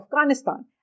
Afghanistan